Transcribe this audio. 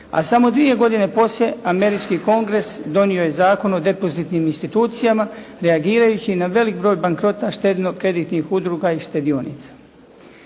a samo dvije godine poslije Američki kongres donio je Zakon o depozitnim institucijama reagirajući na velik broj bankrota štedno-kreditnih udruga i štedionica.